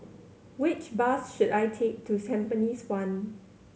which bus should I take to Tampines One